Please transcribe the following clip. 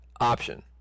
option